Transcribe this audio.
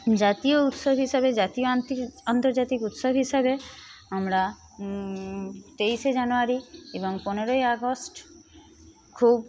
জাতীয় উৎসব হিসাবে জাতীয় আন্তর্জাতিক উৎসব হিসাবে আমরা তেইশে জানুয়ারি এবং পনেরোই আগস্ট খুব